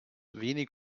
wenig